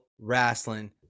wrestling